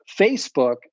Facebook